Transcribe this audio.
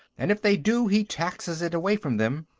and if they do, he taxes it away from them.